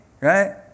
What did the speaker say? Right